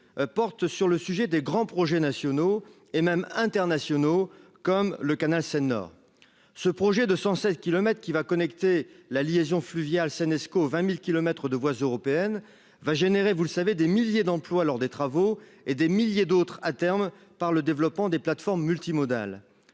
porte sur le sujet des grands projets nationaux et même internationaux comme le canal Seine Nord. Ce projet de 116 kilomètres qui va connecter la liaison fluviale Stanesco 20.000 kilomètres de voies européenne va générer, vous le savez, des milliers d'emplois lors des travaux et des milliers d'autres à terme par le développement des plateforme multimodale.